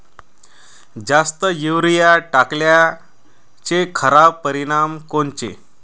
जास्त युरीया टाकल्याचे खराब परिनाम कोनचे?